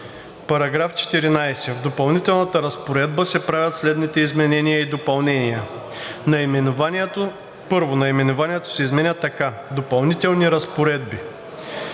§ 14: „§ 14. В допълнителната разпоредба се правят следните изменения и допълнения: 1. Наименованието се изменя така: „Допълнителни разпоредби“.